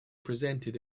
presented